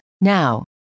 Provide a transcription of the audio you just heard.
Now